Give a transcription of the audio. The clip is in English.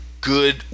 good